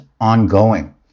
ongoing